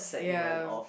ya